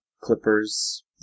Clippers